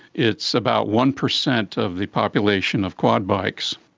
it's about one percent of the population of quad bikes.